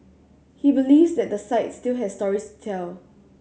he believes that the site still has stories tell